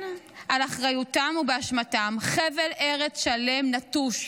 ואכן, באחריותם ובאשמתם חבל ארץ שלם נטוש,